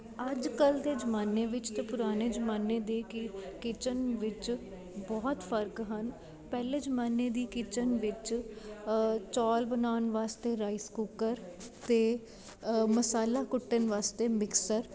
ਅੱਜ ਕੱਲ੍ਹ ਦੇ ਜ਼ਮਾਨੇ ਵਿੱਚ ਜਾਂ ਪੁਰਾਣੇ ਜ਼ਮਾਨੇ ਦੇ ਕੇ ਕਿਚਨ ਵਿੱਚ ਬਹੁਤ ਫਰਕ ਹਨ ਪਹਿਲੇ ਜ਼ਮਾਨੇ ਦੀ ਕਿਚਨ ਵਿੱਚ ਚੌਲ ਬਣਾਉਣ ਵਾਸਤੇ ਰਾਈਸ ਕੂਕਰ ਅਤੇ ਮਸਾਲਾ ਕੁੱਟਣ ਵਾਸਤੇ ਮਿਕਸਚਰ